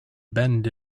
bend